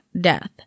death